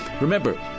Remember